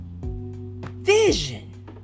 Vision